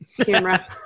camera